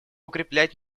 укреплять